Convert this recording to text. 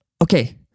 okay